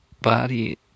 body